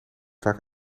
vaak